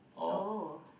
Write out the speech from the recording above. oh